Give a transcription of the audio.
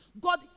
God